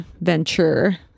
venture